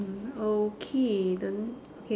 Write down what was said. mm okay then okay